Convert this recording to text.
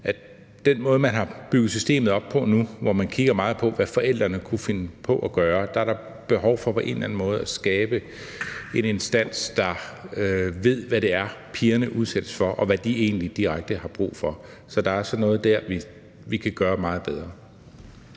til den måde, man har bygget systemet op på nu, hvor man kigger meget på, hvad forældrene kunne finde på at gøre, at der er behov for på en eller anden måde at skabe en instans, der ved, hvad det er, pigerne udsættes for, og hvad de egentlig direkte har brug for. Så der er noget dér, vi kan gøre meget bedre.